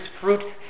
fruit